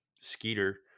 Skeeter